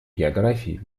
географии